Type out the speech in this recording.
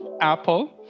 Apple